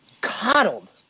coddled